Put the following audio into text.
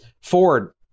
Ford